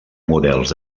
models